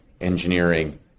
engineering